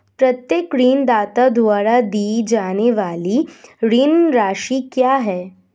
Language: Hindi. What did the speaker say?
प्रत्येक ऋणदाता द्वारा दी जाने वाली ऋण राशि क्या है?